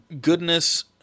Goodness